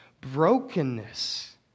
brokenness